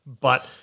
But-